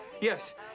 Yes